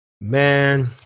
man